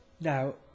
Now